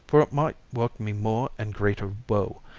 for it might work me more and greater woe.